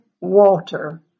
Walter